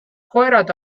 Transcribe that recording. koerad